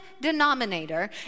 denominator